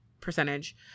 percentage